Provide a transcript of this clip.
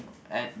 at